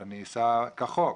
כדי שאני אסע כחוק.